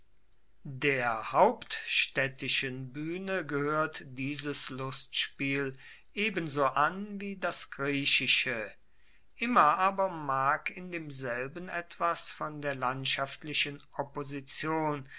der hauptstaedtischen buehne gehoert dieses lustspiel ebenso an wie das griechische immer aber mag in demselben etwas von der landschaftlichen opposition